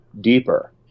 deeper